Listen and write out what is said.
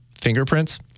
fingerprints